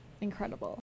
incredible